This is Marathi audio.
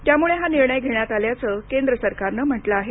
त्यामुळे हा निर्णय घेण्यात आल्याचं केंद्र सरकारनं म्हटलं आहे